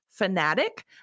fanatic